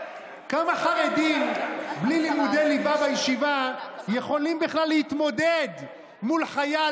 כמה חרדים בלי לימודי ליבה בישיבה יכולים בכלל להתמודד מול חייל,